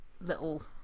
little